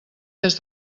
des